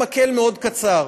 מקל מאוד קצר.